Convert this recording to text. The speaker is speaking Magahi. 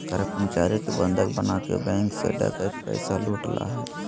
कर्मचारी के बंधक बनाके बैंक से डकैत पैसा लूट ला हइ